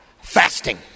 fasting